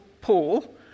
Paul